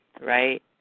right